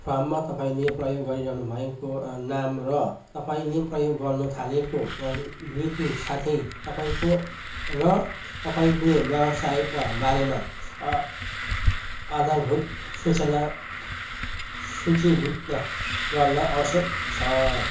फारममा तपाईँँले प्रयोग गरिरहनु भएको नाम र तपाईँँले प्रयोग गर्नु थालेको नीति साथै तपाईँँको र तपाईँँले व्यवसायका बारेमा आधारभूत सूचना सूचीभुद्ध गर्न आवश्यक छ